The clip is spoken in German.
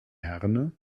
herne